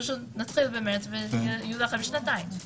נתחיל במרס ויהיו לכם שנתיים.